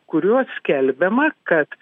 kuriuo skelbiama kad